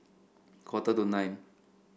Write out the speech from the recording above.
quarter to nine